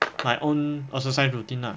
my own exercise routine lah